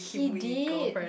she did